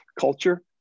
culture